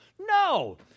No